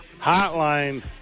Hotline